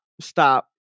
Stop